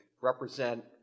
represent